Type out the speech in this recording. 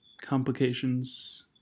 complications